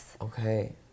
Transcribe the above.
Okay